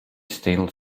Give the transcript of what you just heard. steel